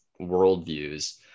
worldviews